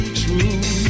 true